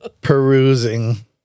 Perusing